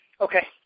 Okay